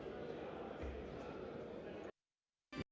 Дякую.